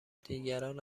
دیگران